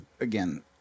again